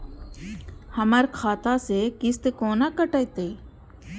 हमर खाता से किस्त कोना कटतै?